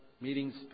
meetings